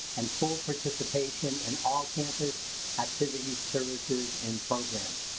and full participation in all campus activities, services, and programs.